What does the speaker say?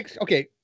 okay